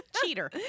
Cheater